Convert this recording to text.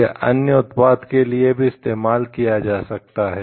यह अन्य उत्पाद के लिए भी इस्तेमाल किया जा सकता है